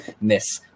miss